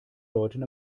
leuten